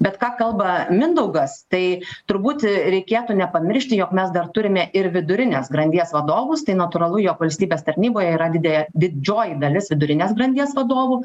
bet ką kalba mindaugas tai turbūt reikėtų nepamiršti jog mes dar turime ir vidurinės grandies vadovus tai natūralu jog valstybės tarnyboje yra didė didžioji dalis vidurinės grandies vadovų